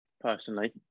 personally